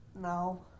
No